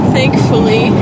Thankfully